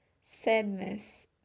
sadness